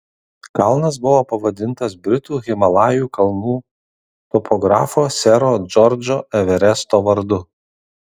kalnas buvo pavadintas britų himalajų kalnų topografo sero džordžo everesto vardu